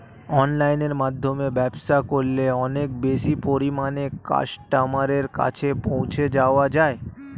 অনলাইনের মাধ্যমে ব্যবসা করলে অনেক বেশি পরিমাণে কাস্টমারের কাছে পৌঁছে যাওয়া যায়?